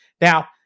Now